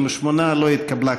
58. לא התקבלה.